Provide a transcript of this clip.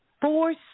force